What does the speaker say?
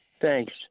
Thanks